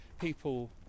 people